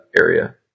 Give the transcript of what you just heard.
area